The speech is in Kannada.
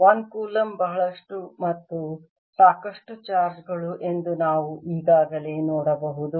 1 ಕೂಲಂಬ್ ಬಹಳಷ್ಟು ಮತ್ತು ಸಾಕಷ್ಟು ಚಾರ್ಜ್ ಗಳು ಎಂದು ನಾವು ಈಗಾಗಲೇ ನೋಡಬಹುದು